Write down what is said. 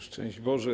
Szczęść Boże!